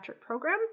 program